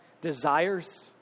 desires